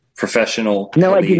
Professional